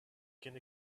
can